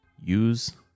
use